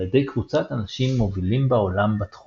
על ידי ידי קבוצת אנשים מובילים בעולם בתחום.